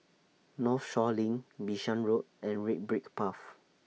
Northshore LINK Bishan Road and Red Brick Path